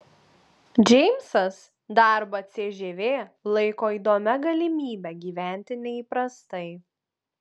džeimsas darbą cžv laiko įdomia galimybe gyventi neįprastai